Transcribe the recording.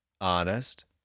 honest